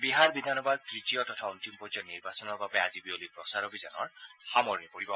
বিহাৰ বিধানসভাৰ তৃতীয় তথা অন্তিম পৰ্যায়ৰ নিৰ্বাচনৰ বাবে আজি বিয়লি প্ৰচাৰ অভিযানৰ সামৰণি পৰিব